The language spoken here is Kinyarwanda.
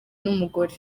n’umugore